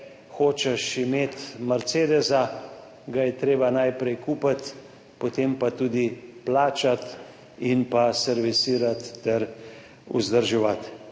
hočeš imeti mercedesa, ga je treba najprej kupiti, potem pa tudi plačati in servisirati ter vzdrževati.